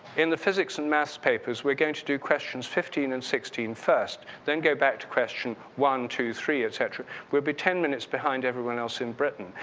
in the physics and mass papers, we're going to do questions fifteen and sixteen first then go back to question one, two, three, et cetera. we'll be ten minutes behind everyone else in britain.